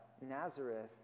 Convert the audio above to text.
Nazareth